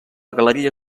galeria